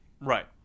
Right